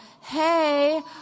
Hey